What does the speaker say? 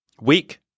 Weak